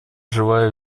желаю